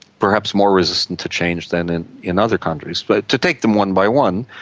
perhaps more resistance to change than in in other countries. but to take them one by one,